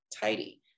tidy